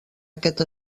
aquest